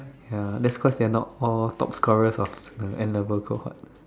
ya that's quite standard of all top scoreres of the N-level cohort